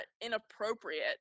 inappropriate